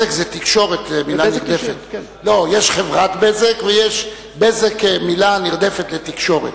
יש חברת "בזק" ויש בזק כמלה נרדפת לתקשורת.